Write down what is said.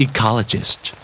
Ecologist